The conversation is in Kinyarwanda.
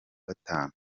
gatanu